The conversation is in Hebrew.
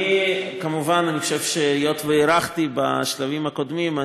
היות שהארכתי בשלבים הקודמים,